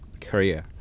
career